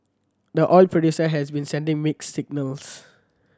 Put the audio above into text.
the oil producer has been sending mixed signals